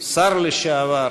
השר לשעבר,